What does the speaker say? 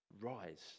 rise